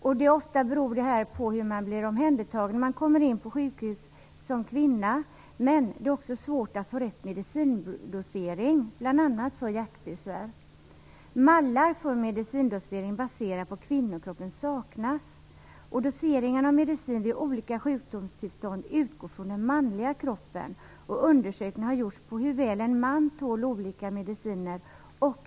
Det beror ofta på hur en kvinna blir omhändertagen när hon kommer in på sjukhus, men det är också svårt att få rätt medicindosering, bl.a. för hjärtbesvär. Mallar för medicindosering som är baserade på kvinnokroppen saknas. Doseringen av medicin vid olika sjukdomstillstånd utgår från den manliga kroppen, och undersökningar har gjorts på hur väl en man tål olika mediciner.